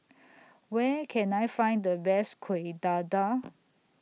Where Can I Find The Best Kuih Dadar